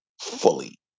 fully